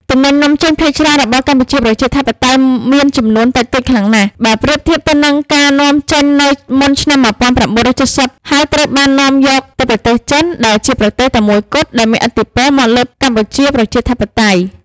ទំនិញនាំចេញភាគច្រើនរបស់កម្ពុជាប្រជាធិបតេយ្យមានចំនួនតិចតួចខ្លាំងណាស់ បើប្រៀបធៀបទៅនឹងការនាំ ចេញនៅមុនឆ្នាំ១៩៧០ ហើយត្រូវបាននាំយកទៅប្រទេសចិន ដែលជាប្រទេសតែមួយគត់ដែលមានឥទ្ធិពលមកលើកម្ពុជាប្រជាធិបតេយ្យ។